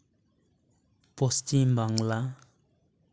Paschim Bangla